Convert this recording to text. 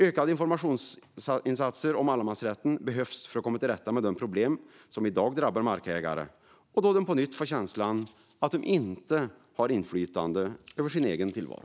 Ökade informationsinsatser för allemansrätten behövs för att komma till rätta med de problem som i dag drabbar markägare, som på nytt får känslan att de inte har inflytande över sin egen tillvaro.